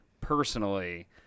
personally